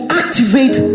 activate